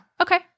okay